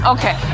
Okay